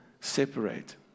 separate